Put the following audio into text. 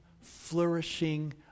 flourishing